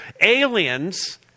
aliens